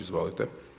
Izvolite.